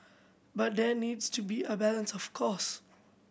but there needs to be a balance of course